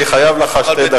אני חייב לך שתי דקות.